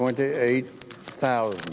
twenty eight thousand